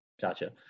Gotcha